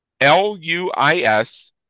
L-U-I-S